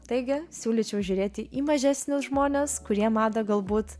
taigi siūlyčiau žiūrėti į mažesnius žmones kurie madą galbūt